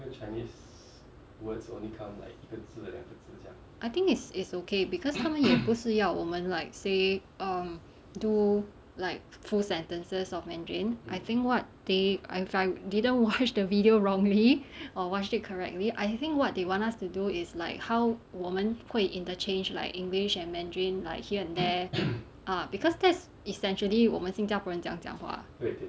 I think is is okay because 他们也不是要我们 like say um do like full sentences of mandarin I think what they if I didn't watch the video wrongly or watched it correctly I think what they want us to do is like how 我们会 interchange like english and mandarin like here and there ah because that's essentially 我们新加坡人怎么样讲话